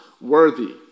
worthy